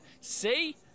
See